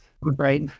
right